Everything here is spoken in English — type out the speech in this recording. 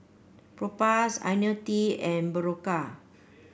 Propass IoniL T and Berocca